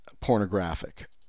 pornographic